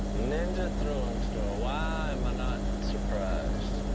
ninja throwing star. why am not surprised?